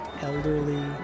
elderly